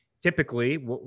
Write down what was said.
typically